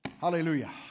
Hallelujah